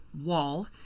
wall